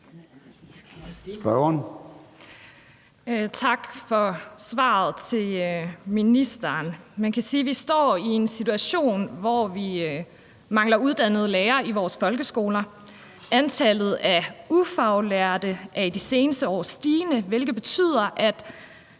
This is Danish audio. Tak til ministeren for svaret. Vi står i en situation, hvor vi mangler uddannede lærere i vores folkeskoler. Antallet af ufaglærte har i de seneste år været stigende, hvilket betyder, at